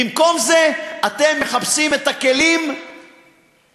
במקום זה אתם מחפשים את הכלים שמנוגדים